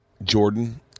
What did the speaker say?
Jordan